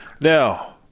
Now